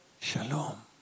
Shalom